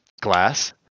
glass